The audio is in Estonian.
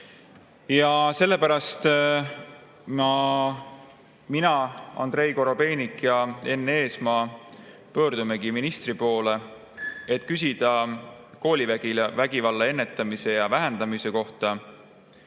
Ja sellepärast mina, Andrei Korobeinik ja Enn Eesmaa pöördumegi ministri poole, et küsida koolivägivalla ennetamise ja vähendamise kohta,